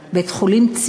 בית-חולים בבעלות פרטית,